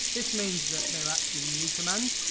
this means that there are actually new commands,